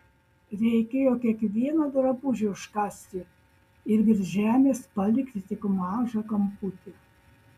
reikėjo kiekvieną drabužį užkasti ir virš žemės palikti tik mažą kamputį